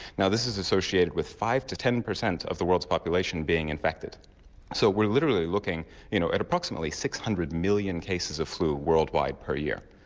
now this is associated with five percent to ten percent of the world's population being infected so we are literally looking you know at approximately six hundred million cases of flu worldwide per year.